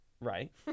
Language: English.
Right